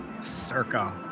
Circa